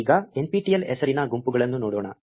ಈಗ nptel ಹೆಸರಿನ ಗುಂಪುಗಳನ್ನು ನೋಡೋಣ